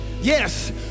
yes